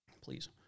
Please